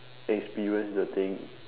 experience the thing